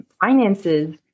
finances